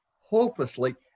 hopelessly